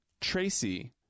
Tracy